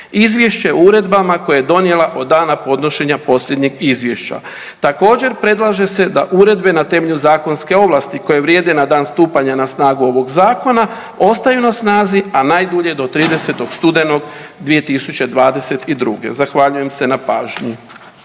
izvješća o uredbama koje je donijela od dana podnošenja posljednjeg izvješća. Također predlaže se da uredbe na temelju zakonske ovlasti koje vrijede na dan stupanja na snagu ovog zakona, ostaju na snazi, a najdulje do 30. studenog 2022. Zahvaljujem se na pažnji.